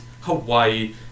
Hawaii